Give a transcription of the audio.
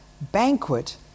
banquet